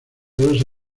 clase